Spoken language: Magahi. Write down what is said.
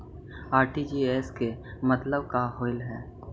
आर.टी.जी.एस के मतलब का होव हई?